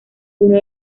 uno